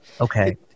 okay